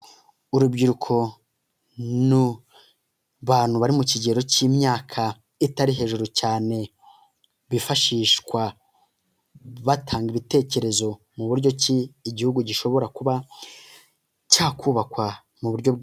Urubyiruko ni abantu bari mu kigero cy'imyaka itari hejuru cyane, bifashishwa batanga ibitekerezo mu buryo ki igihugu gishobora kuba cyakubakwa mu buryo.